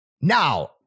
Now